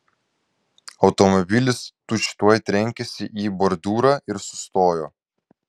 automobilis tučtuoj trenkėsi į bordiūrą ir sustojo